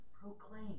proclaim